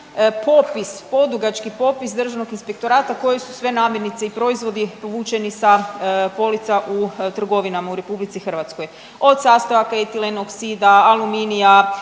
popis, podugački popis Državnog inspektorata koje su sve namirnice i proizvodi povučeni sa polica u trgovinama u Republici Hrvatskoj: od sastojaka etilenog …, aluminija,